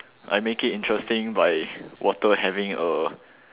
I make it interesting by water having a